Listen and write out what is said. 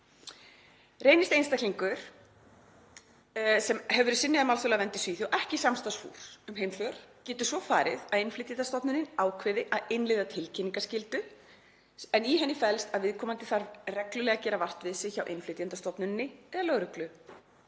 Reynist einstaklingur, sem hefur verið synjað um alþjóðlega vernd í Svíþjóð, ekki samstarfsfús um heimför getur svo farið að innflytjendastofnunin ákveði að innleiða tilkynningarskyldu en í henni felst að viðkomandi þarf reglulega að gera vart við sig hjá innflytjendastofnuninni eða lögreglu.